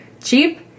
cheap